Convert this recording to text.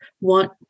want